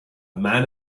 man